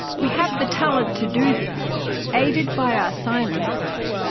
we have the talent to do this aided by our scientists!